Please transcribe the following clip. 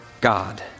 God